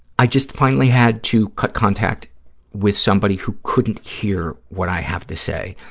i just finally had to cut contact with somebody who couldn't hear what i have to say,